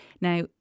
Now